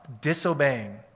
disobeying